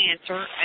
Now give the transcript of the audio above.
answer